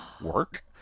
work